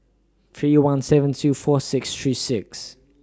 three one seven two four six three six